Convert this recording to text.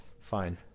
Fine